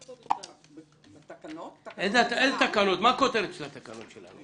מה כותרת התקנות שלנו?